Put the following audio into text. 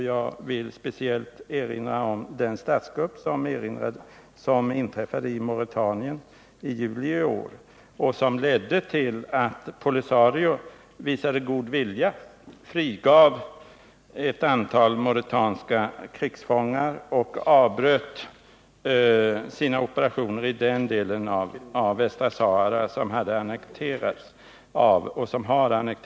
Jag vill speciellt erinra om den statskupp som inträffade i Mauretanien i juli i år och som ledde till att POLISARIO visade god vilja, frigav ett antal mauretanska krigsfångar och avbröt sina operationer i den del av Västra Sahara som annekterats av Mauretanien.